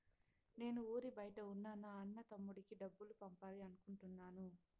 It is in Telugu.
నేను ఊరి బయట ఉన్న నా అన్న, తమ్ముడికి డబ్బులు పంపాలి అనుకుంటున్నాను